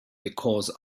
because